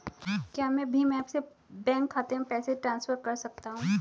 क्या मैं भीम ऐप से बैंक खाते में पैसे ट्रांसफर कर सकता हूँ?